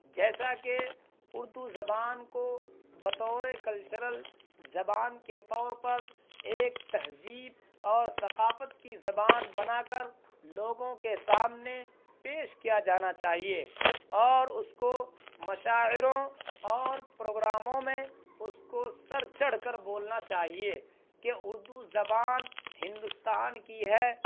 جیسا کہ اردو زبان کو بطور کلچرل زبان کے طور پر ایک تہذیب اور ثقافت کی زبان بنا کر لوگوں کے سامنے پیش کیا جانا چاہیے اور اس کو مشاعروں اور پراگروموں میں کو اس کو سر چڑھ کر بولنا چاہیے کہ اردو زبان ہندوستان کی ہے